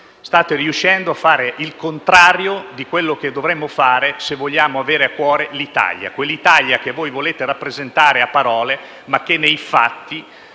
State riuscendo a fare il contrario di quanto dovremmo fare se vogliamo avere a cuore l'Italia; quell'Italia che volete rappresentare a parole, ma che nei fatti